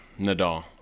Nadal